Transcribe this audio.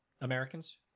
Americans